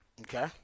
Okay